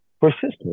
persistent